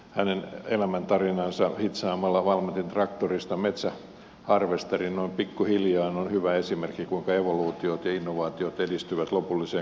hänen elämäntarinansa hitsaamalla valmetin traktorista metsäharvesteri pikkuhiljaa on hyvä esimerkki siitä kuinka evoluutiot ja innovaatiot edistyvät lopulliseen kaupalliseen menestykseen